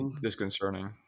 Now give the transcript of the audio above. disconcerting